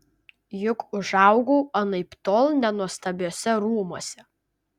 juk užaugau anaiptol ne nuostabiuose rūmuose